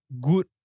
good